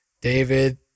David